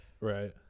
Right